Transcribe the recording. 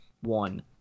one